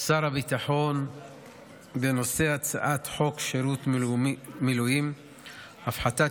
שר הביטחון בנושא הצעת חוק שירות מילואים (הפחתת